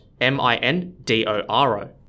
M-I-N-D-O-R-O